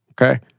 Okay